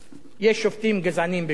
יש שופטים גזעניים בירושלים.